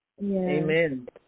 Amen